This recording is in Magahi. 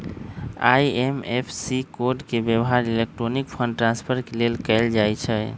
आई.एफ.एस.सी कोड के व्यव्हार इलेक्ट्रॉनिक फंड ट्रांसफर के लेल कएल जाइ छइ